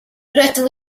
rydw